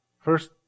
First